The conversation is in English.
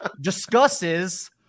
discusses –